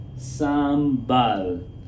Sambal